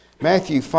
Matthew